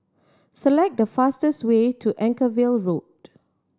select the fastest way to Anchorvale Road